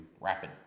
rapid